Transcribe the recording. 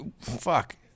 fuck